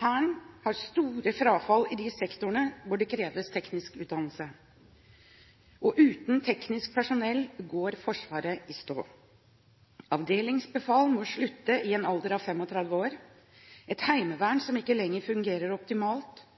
Hæren har store frafall i de sektorene hvor det kreves teknisk utdannelse, og uten teknisk personell går Forsvaret i stå. Avdelingsbefal må slutte i en alder av 35 år. Vi har et heimevern som ikke lenger fungerer optimalt,